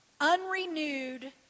unrenewed